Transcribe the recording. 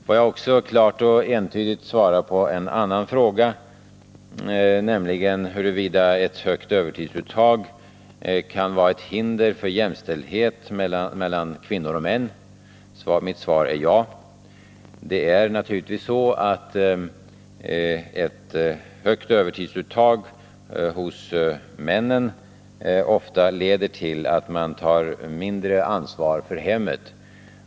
Får jag också klart och entydigt svara på en annan fråga, nämligen huruvida ett högt övertidsuttag kan vara ett hinder för jämställdhet mellan kvinnor och män. Mitt svar är ja. Ett högt övertidsuttag bland männen leder naturligtvis ofta till att de tar mindre ansvar för hemmet.